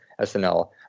SNL